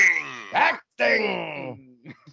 Acting